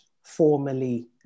formally